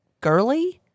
girly